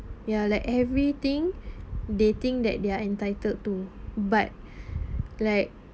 ya like everything they think that they're entitled to but like